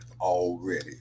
already